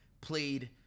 played